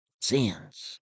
sins